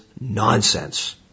nonsense